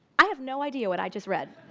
i have no idea what i just read.